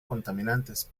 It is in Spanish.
contaminantes